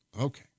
Okay